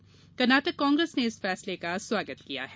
उधर कर्नाटक कांग्रेस ने इस फैसले का स्वागत किया है